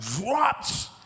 drops